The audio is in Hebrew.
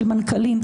של מנכ"לים.